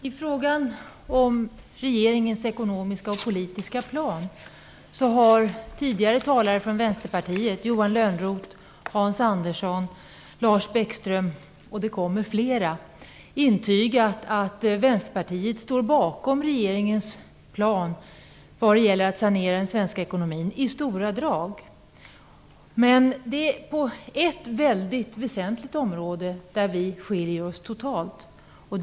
Fru talman! I fråga om regeringens ekonomiska och politiska plan har tidigare talare från Vänsterpartiet - Johan Lönnroth, Hans Andersson och Lars Bäckström, och fler blir det - intygat att Vänsterpartiet i stora drag står bakom regeringens plan när det gäller att sanera den svenska ekonomin. Men på ett väldigt väsentligt område skiljer vi oss totalt från varandra.